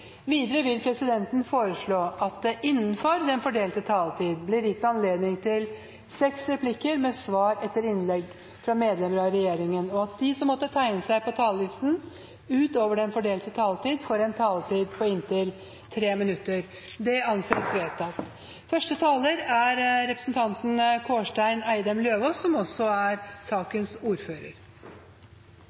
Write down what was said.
Videre vil presidenten foreslå at det blir gitt anledning til fem replikker med svar etter innlegg fra medlemmer av regjeringen innenfor den fordelte taletid, og at de som måtte tegne seg på talerlisten utover den fordelte taletid, får en taletid på inntil 3 minutter. – Det anses vedtatt. Første taler er representanten Linda C. Hofstad Helleland, som nå fungerer som ordfører